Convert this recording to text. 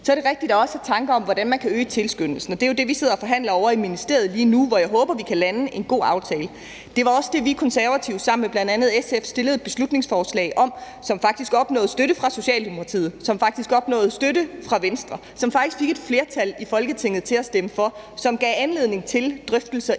Så er det rigtigt, at der også er tanker om, hvordan man kan øge tilskyndelsen, og det er jo det, vi sidder og forhandler om ovre i ministeriet lige nu, hvor jeg håber vi kan lande en god aftale. Det var også det, vi Konservative sammen med bl.a. SF fremsatte et beslutningsforslag om, som faktisk opnåede støtte fra Socialdemokratiet, som faktisk opnåede støtte fra Venstre, som vi faktisk fik et flertal i Folketinget til at stemme for, og som gav anledning til drøftelser i